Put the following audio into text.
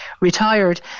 retired